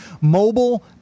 Mobile